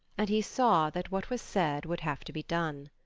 and he saw that what was said would have to be done.